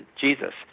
Jesus